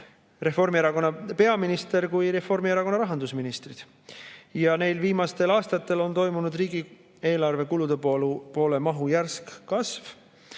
Reformierakonna peaminister kui ka Reformierakonna rahandusministrid. Neil viimastel aastatel on toimunud riigieelarve kulude mahu järsk kasv